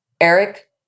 Eric